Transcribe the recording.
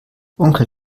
onkel